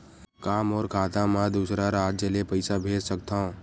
का मोर खाता म दूसरा राज्य ले पईसा भेज सकथव?